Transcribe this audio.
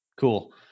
cool